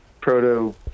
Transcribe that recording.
proto